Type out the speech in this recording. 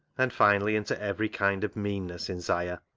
and finally into every kind of meanness in siah.